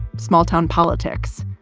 small-town, politics,